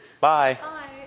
Bye